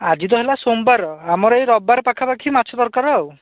ଆଜି ତ ହେଲା ସୋମବାର ଆମର ଏଇ ରବିବାର ପାଖାପାଖି ମାଛ ଦରକାର ଆଉ